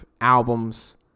albums